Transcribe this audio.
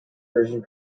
version